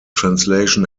translation